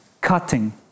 Cutting